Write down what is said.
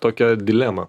tokią dilemą